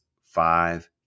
five